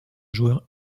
joueur